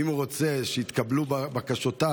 אם הוא רוצה שיתקבלו בקשותיו,